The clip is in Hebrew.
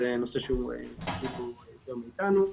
זה נושא שהוא מכיר יותר טוב מאתנו,